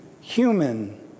human